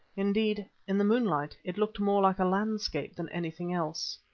indeed, in the moonlight, it looked more like a landscape than anything else.